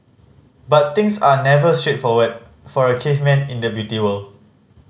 but things are never straightforward for a caveman in the Beauty World